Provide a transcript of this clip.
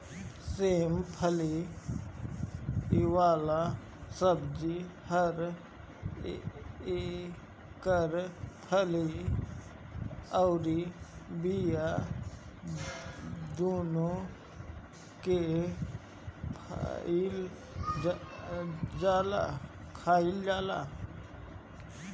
सेम फली वाला सब्जी ह एकर फली अउरी बिया दूनो के खाईल जाला